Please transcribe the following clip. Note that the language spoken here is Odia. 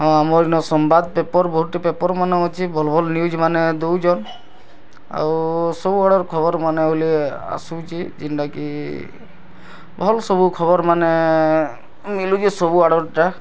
ହଁ ମୋର୍ନ ସମ୍ବାଦ୍ ପେପର୍ ବହୁତ୍ଟି ପେପର୍ମାନେ ଅଛି ଭଲ୍ ଭଲ୍ ନ୍ୟୁଜ୍ମାନେ ଦଉଛନ୍ ଆଉ ସବୁଆଡ଼ର୍ ଖବର୍ ମାନେ ବୋଲି ଆସୁଛି ଯେନ୍ଟା କି ଭଲ୍ ସବୁ ଖବର୍ମାନେ ମିଲୁଛି ସବୁଆଡ଼ର୍ ଟା